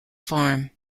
farm